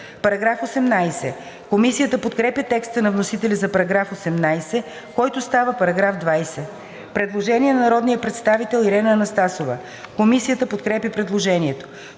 обучението“.“ Комисията подкрепя текста на вносителя за § 18, който става § 20. Предложение на народния представител Ирена Анастасова. Комисията подкрепя предложението.